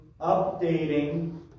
updating